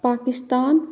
Pakistan